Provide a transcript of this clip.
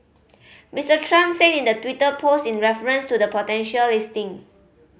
Mister Trump said in the Twitter post in reference to the potential listing